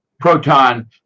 proton